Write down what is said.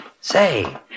Say